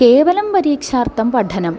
केवलं परीक्षार्थं पठनम्